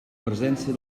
presència